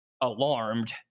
alarmed